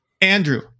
Andrew